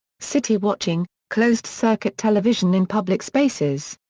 city watching closed-circuit television in public spaces.